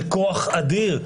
זה כוח אדיר.